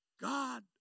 God